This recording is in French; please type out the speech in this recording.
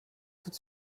tout